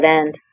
end